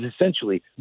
essentially